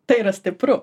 tai yra stipru